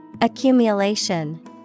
Accumulation